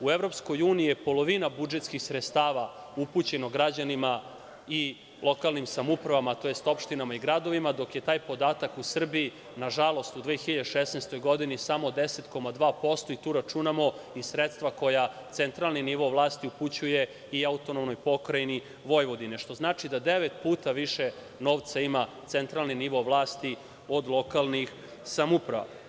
U EU je polovina budžetskih sredstava upućeno građanima i lokalnim samoupravama, tj. opštinama i gradovima, dok je taj podatak u Srbiji, nažalost u 2016. godini, samo 10,2% i tu računamo i sredstva koja centralni nivo vlasti upućuje i AP Vojvodine, što znači da devet puta više novca ima centralni nivo vlasti od lokalnih samouprava.